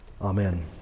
Amen